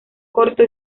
corto